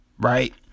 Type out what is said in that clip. Right